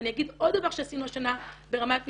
ואני אגיד עוד דבר שעשינו השנה ברמת מבנים,